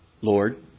Lord